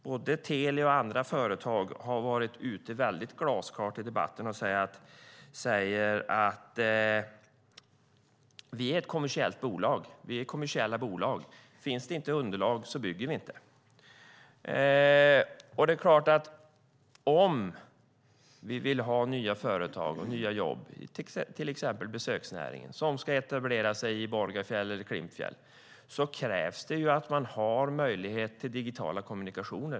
Både Telia och andra företag har i debatten glasklart sagt: Vi är kommersiella bolag. Finns det inte underlag bygger vi inte. Om vi vill ha nya företag och nya jobb i till exempel besöksnäringen i Borgafjäll eller Klimpfjäll är det klart att det krävs att man har möjlighet till digital kommunikation.